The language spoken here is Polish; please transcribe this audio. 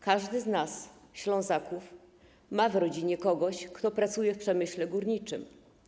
Każdy z nas, Ślązaków, ma w rodzinie kogoś, kto pracuje w przemyśle górniczym.